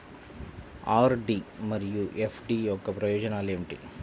RD మరియు FD యొక్క ప్రయోజనాలు ఏమిటి?